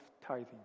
tithing